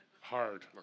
hard